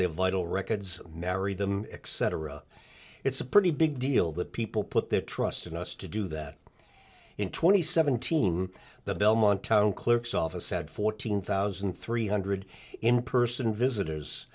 their vital records marry them except it's a pretty big deal that people put their trust in us to do that in twenty seventeen the belmont town clerk's office said fourteen thousand three hundred in person visitors